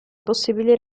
possibile